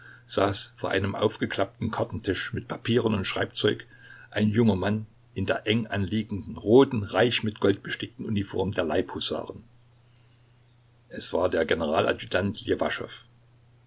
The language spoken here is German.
saß vor einem aufgeklappten kartentisch mit papieren und schreibzeug ein junger mann in der eng anliegenden roten reich mit gold bestickten uniform der leibhusaren es war der generaladjutant